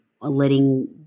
letting